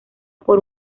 por